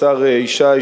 השר ישי,